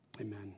amen